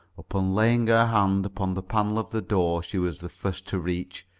upon laying her hand upon the panel of the door she was the first to reach,